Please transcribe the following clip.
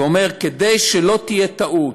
ואומר: כדי שלא תהיה טעות,